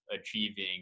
achieving